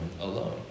alone